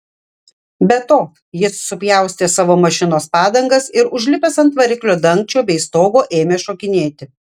be to jis supjaustė savo mašinos padangas ir užlipęs ant variklio dangčio bei stogo ėmė šokinėti